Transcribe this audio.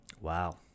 wow